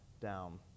down